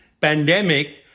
pandemic